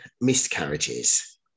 miscarriages